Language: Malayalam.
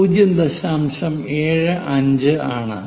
75 ആണ്